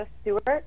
Stewart